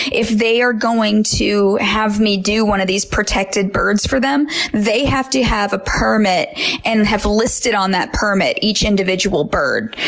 if they are going to have me do one of these protected birds for them, they have to have a permit and have listed on that permit each individual bird.